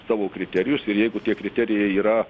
savo kriterijus ir jeigu tie kriterijai yra